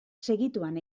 segituan